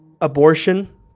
abortion